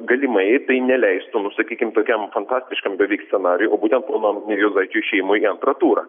galimai tai neleistų nu sakykim tokiam fantastiškam beveik scenarijui o būtent pono juozaičio išėjimo į antrą turą